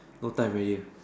no time already